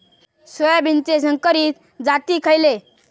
सोयाबीनचे संकरित जाती खयले?